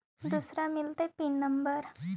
दुसरे मिलतै pin number?